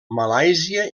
malàisia